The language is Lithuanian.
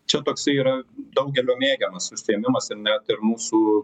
čia toksai yra daugelio mėgiamas užsiėmimas ir net ir mūsų